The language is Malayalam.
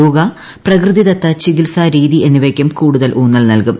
യോഗ പ്രകൃതിദത്ത ചികിത്സാരീതി എന്നിവയ്ക്ക് കൂടുതൽ ഊന്നൽ നൽകും